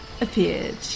appeared